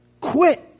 quit